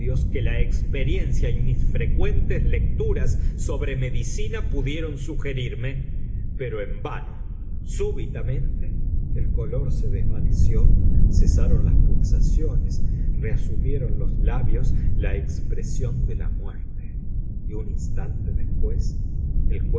que la experiencia y mis frecuentes lecturas sobre medicina pudieron sugerirme pero en vano súbitamente el color se desvaneció cesaron las pulsaciones reasumieron los labios la expresión de la muerte y un instante después el